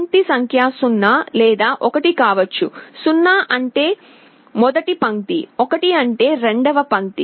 పంక్తి సంఖ్య 0 లేదా 1 కావచ్చు 0 అంటే మొదటి పంక్తి 1 అంటే రెండవ పంక్తి